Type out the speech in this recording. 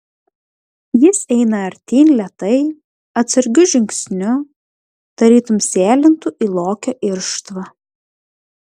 jis eina artyn lėtai atsargiu žingsniu tarytum sėlintų į lokio irštvą